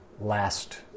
Last